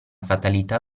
fatalità